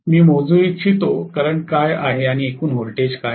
मी मोजू इच्छितो करंट काय आहे आणि एकूण व्होल्टेज काय आहे